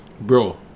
bro